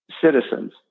citizens